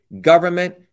government